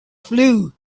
flue